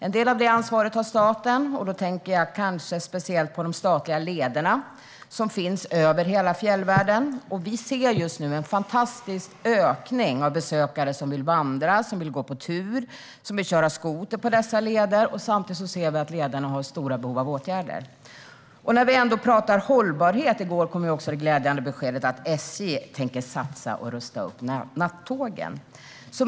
En del av det ansvaret har staten, och då tänker jag kanske speciellt på de statliga leder som finns över hela fjällvärlden. Vi ser just nu en fantastisk ökning av besökare som vill vandra, gå på tur och köra skoter på dessa leder - och samtidigt ser vi att lederna har stora behov av åtgärder. När vi ändå talar om hållbarhet kan jag ta upp att SJ i går kom med det glädjande beskedet att man tänker satsa och rusta upp nattågen.